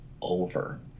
over